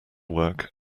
work